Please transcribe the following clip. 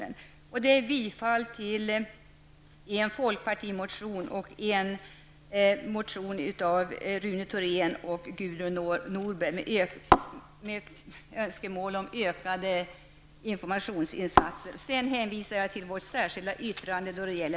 Den innebär ett stöd för en folkpartimotion och en motion från centerpartisten båda dessa motioner framförs önskemål om ökade informationsinsatser. Jag hänvisar även till folkpartiets särskilda yttrande